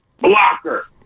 blocker